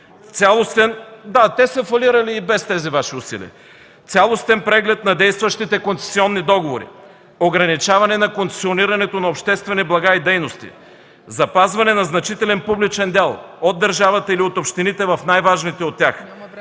Цялостен преглед на действащите концесионни договори, ограничаване на концесионирането на обществени блага и дейности, запазване на значителен публичен дял от държавата или от общините в най-важните от тях.